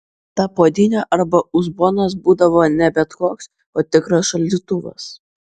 ta puodynė arba uzbonas būdavo ne bet koks o tikras šaldytuvas